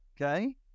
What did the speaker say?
okay